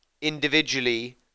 individually